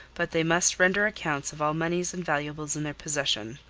but they must render accounts of all moneys and valuables in their possession.